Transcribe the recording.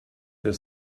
the